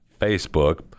facebook